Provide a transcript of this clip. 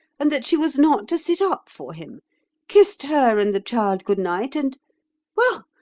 and that she was not to sit up for him kissed her and the child good night, and well,